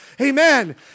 Amen